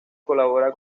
colabora